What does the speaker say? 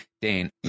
Dane